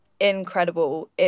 incredible